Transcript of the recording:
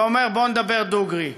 ואומר: בוא נדבר דוגרי.